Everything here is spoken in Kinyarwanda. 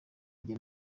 njye